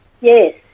Yes